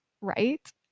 right